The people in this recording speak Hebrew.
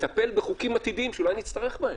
לטפל בחוקים עתידיים שאולי נצטרך אותם,